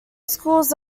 schools